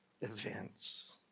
events